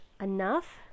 enough